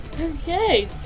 Okay